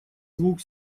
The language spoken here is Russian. звук